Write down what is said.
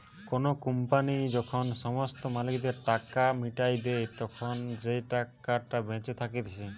কোনো কোম্পানি যখন সমস্ত মালিকদের টাকা মিটাইয়া দেই, তখন যেই টাকাটা বেঁচে থাকতিছে